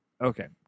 Okay